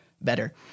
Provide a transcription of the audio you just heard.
better